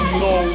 no